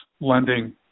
lending